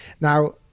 Now